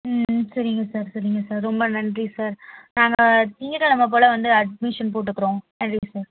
ம் ம் சரிங்க சார் சரிங்க சார் ரொம்ப நன்றி சார் நாங்கள் திங்கக்கிலம போல் வந்து அட்மிஷன் போட்டுக்குறோம் நன்றி சார்